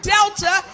Delta